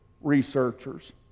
researchers